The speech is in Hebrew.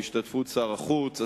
שר החוץ,